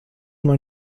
man